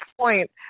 point